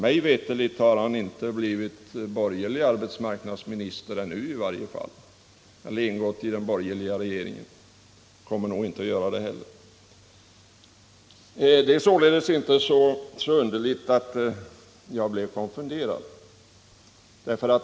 Mig veterligt har denne ännu inte gått in i den borgerliga regeringen, och han kommer nog inte heller att göra det.